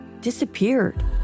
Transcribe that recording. disappeared